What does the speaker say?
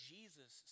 Jesus